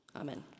Amen